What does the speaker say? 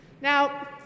Now